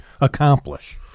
accomplish